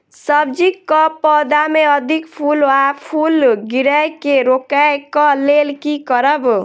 सब्जी कऽ पौधा मे अधिक फूल आ फूल गिरय केँ रोकय कऽ लेल की करब?